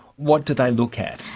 what do they look at?